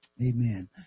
Amen